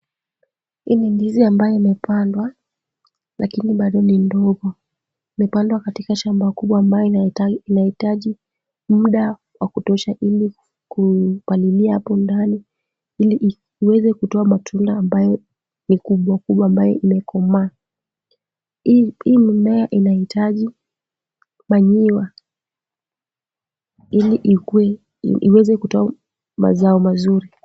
Hii ni ndizi ambayo imepandwa lakini bado ni ndogo. Imepandwa katika shamba kubwa ambayo inahitaji muda wa kutosha ili kupalilia hapo ndani ili iweze kutoa matunda ambayo ni kubwa kubwa na imekomaa. Hii mimea ambayo inahitaji kupaliliwa ili iweze kutoa mazao mazuri.